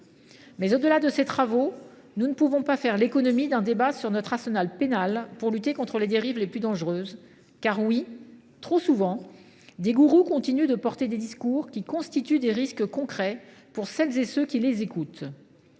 Au delà de ces travaux, nous ne pouvons pas faire l’économie d’un débat sur notre arsenal pénal pour lutter contre les dérives les plus dangereuses. En effet, trop souvent, des gourous continuent de tenir des discours qui sont autant de risques concrets pour celles et ceux qui les écoutent.